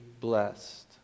blessed